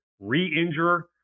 re-injure